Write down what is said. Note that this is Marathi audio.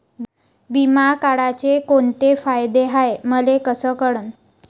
बिमा काढाचे कोंते फायदे हाय मले कस कळन?